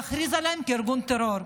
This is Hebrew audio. להכריז עליהם כארגון טרור.